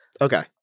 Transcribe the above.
Okay